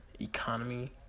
economy